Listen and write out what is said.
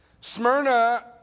Smyrna